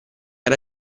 era